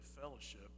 fellowship